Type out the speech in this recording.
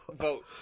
vote